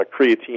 creatine